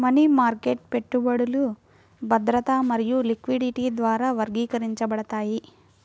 money market పెట్టుబడులు భద్రత మరియు లిక్విడిటీ ద్వారా వర్గీకరించబడతాయి